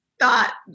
thought